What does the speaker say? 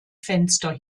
fenster